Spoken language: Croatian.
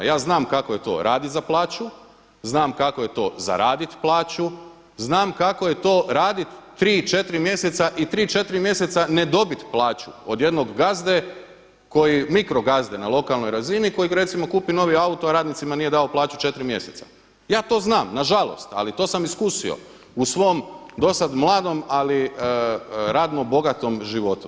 Ja znam kako je to raditi za plaću, znam kako je to zaradit plaću, znam kako je to raditi tri, četiri mjeseca i tri, četiri mjeseca ne dobit plaću od jednog gazde mikrogazde na lokalnoj razini koji recimo kupi novi auto, a radnicima nije dao plaću četiri mjeseca ja to znam nažalost, ali to sam iskusio u svom do sad mladom ali radno bogatom životu.